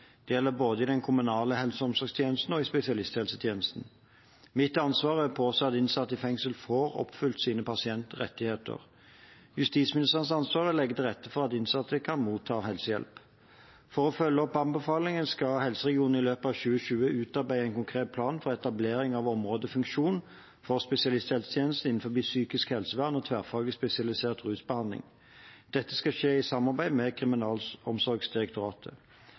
Det gjelder både i den kommunale helse- og omsorgstjenesten og i spesialisthelsetjenesten. Mitt ansvar er å påse at innsatte i fengsel får oppfylt sine pasientrettigheter. Justisministerens ansvar er å legge til rette for at innsatte kan motta helsehjelp. For å følge opp anbefalinger skal helseregionene i løpet av 2020 utarbeide en konkret plan for etablering av en områdefunksjon for spesialisthelsetjenesten innenfor psykisk helsevern og tverrfaglig spesialisert rusbehandling. Dette skal skje i samarbeid med Kriminalomsorgsdirektoratet.